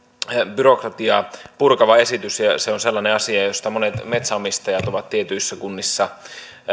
byrokratiaa purkava esitys se on sellainen asia jolla monet metsänomistajat ovat tietyissä kunnissa